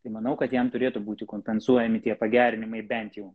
tai manau kad jam turėtų būti kompensuojami tie pagerinimai bent jau